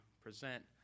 present